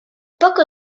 poco